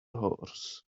horse